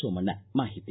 ಸೋಮಣ್ಣ ಮಾಹಿತಿ